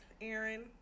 Aaron